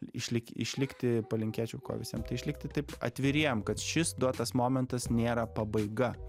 išlik išlikti palinkėčiau kuo visiems išlikti taip atviriem kad šis duotas momentas nėra pabaiga